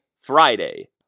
Friday